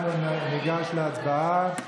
אנחנו ניגש להצבעה.